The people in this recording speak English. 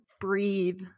breathe